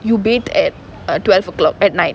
you bathe at err twelve O clock at night